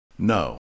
No